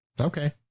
Okay